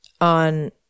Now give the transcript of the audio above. on